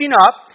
up